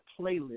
playlist